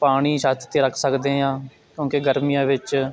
ਪਾਣੀ ਛੱਤ 'ਤੇ ਰੱਖ ਸਕਦੇ ਹਾਂ ਕਿਉਂਕਿ ਗਰਮੀਆਂ ਵਿੱਚ